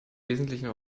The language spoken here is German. wesentlichen